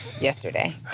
yesterday